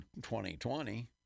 2020